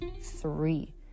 three